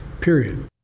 period